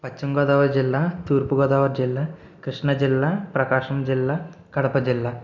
పశ్చిమగోదావరి జిల్లా తూర్పుగోదావరి జిల్లా కృష్ణా జిల్లా ప్రకాశం జిల్లా కడప జిల్లా